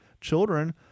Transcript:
children